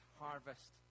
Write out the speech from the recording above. harvest